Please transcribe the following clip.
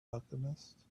alchemist